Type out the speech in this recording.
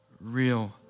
real